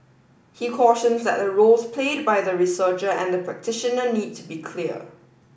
he cautions that the roles played by the researcher and the practitioner need to be clear